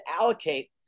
allocate